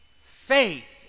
faith